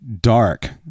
dark